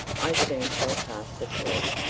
i soon fell fast asleep.